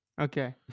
Okay